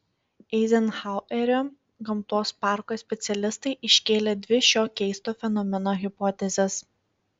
eizenhauerio gamtos parko specialistai iškėlė dvi šio keisto fenomeno hipotezes